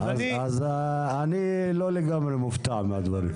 אז אני לא לגמרי מופתע מהדברים.